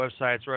websites